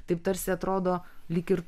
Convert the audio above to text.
taip tarsi atrodo lyg ir